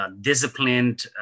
disciplined